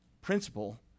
principle